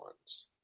ones